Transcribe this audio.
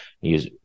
use